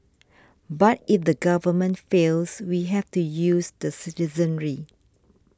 but if the government fails we have to use the citizenry